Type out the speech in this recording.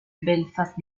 belfast